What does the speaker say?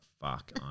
fuck